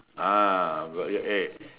ah but ya eh